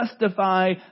justify